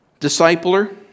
Discipler